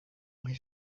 his